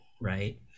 right